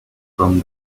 from